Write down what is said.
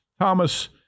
Thomas